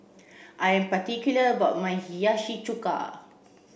I am particular about my Hiyashi Chuka